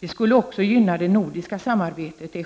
Det skulle också självfallet gynna det nordiska samarbetet.